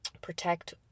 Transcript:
protect